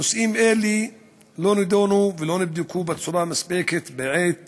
נושאים אלה לא נדונו ולא נבדקו בצורה מספקת בעת